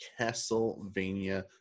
Castlevania